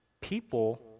People